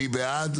מי בעד?